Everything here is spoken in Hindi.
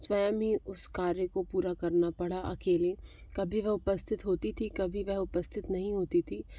स्वयं ही उस कार्य को पूरा करना पड़ा अकेले कभी वह उपस्थित होती थी कभी वह उपस्थित नहीं होती थी